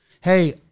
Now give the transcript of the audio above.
Hey